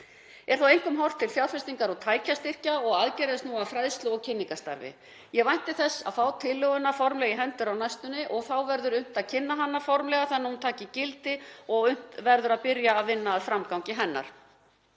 Er þá einkum horft til fjárfestingar- og tækjastyrkja og aðgerða sem snúa að fræðslu- og kynningarstarfi. Ég vænti þess að fá tillöguna formlega í hendur á næstunni og þá verður unnt að kynna hana formlega þannig að hún taki gildi og unnt verður að byrja að vinna að framgangi hennar.